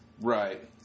Right